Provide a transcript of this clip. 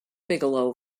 bigelow